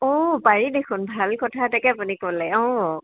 অ পাৰি দেখোন ভাল কথা এটাকে আপুনি ক'লে অ